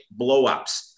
blowups